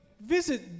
visit